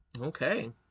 Okay